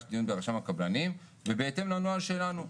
דיון אצל רשם הקבלנים ובהתאם לנוהל שלנו.